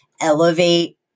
elevate